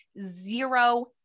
zero